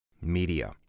media